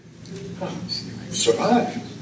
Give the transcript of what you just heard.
Survive